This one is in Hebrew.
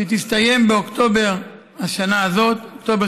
שתסתיים באוקטובר השנה הזאת, אוקטובר